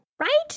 right